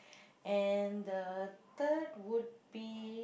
and the third would be